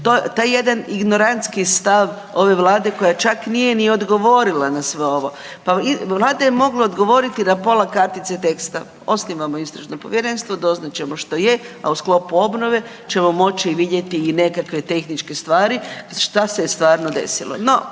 taj jedan ignorantski stav ove Vlade koja čak nije ni odgovorila na sve ovo. Pa Vlada je mogla odgovoriti na pola kartice teksta, osnivamo istražno povjerenstvo doznat ćemo što je, a u sklopu obnove ćemo moći vidjeti i nekakve tehničke stvari šta se je stvarno desilo.